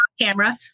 camera